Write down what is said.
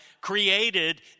created